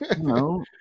no